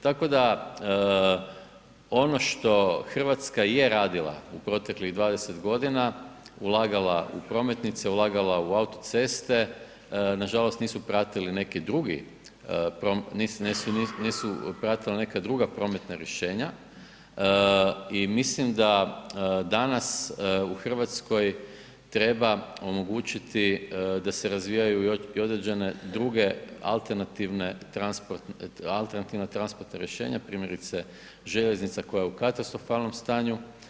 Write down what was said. Tako da ono što Hrvatska je radila u proteklih 20 godina ulagala u prometnice, ulagala u autoceste, nažalost nisu pratila neka druga prometna rješenja i mislim da danas u Hrvatskoj treba omogućiti da se razvijaju i određene druge alternativna transportna rješenja, primjerice željeznica koja je u katastrofalnom stanju.